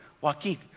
Joaquin